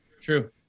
True